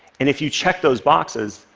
and if you check those boxes,